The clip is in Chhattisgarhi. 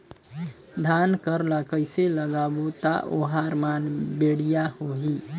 धान कर ला कइसे लगाबो ता ओहार मान बेडिया होही?